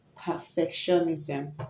perfectionism